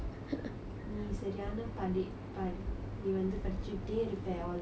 நீ சரியான படி படி நீ வந்து படிச்சுக்கிட்டே இருப்ப:ni sariyaana padi padi ni vanthu padicchukkitte iruppa